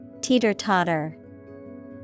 Teeter-totter